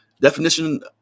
Definition